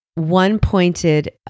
one-pointed